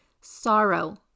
sorrow